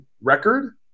record